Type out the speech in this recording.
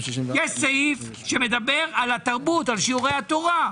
יש סעיף שמדבר על התרבות, על שיעורי התורה,